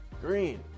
Green